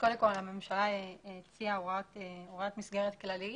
הממשלה הציעה הוראת מסגרת כללית